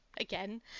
again